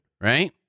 right